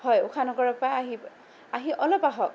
হয় ঊষা নগৰৰ পৰা আহি আহি অলপ আহক